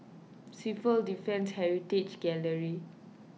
Civil Defence Heritage Gallery